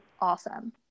awesome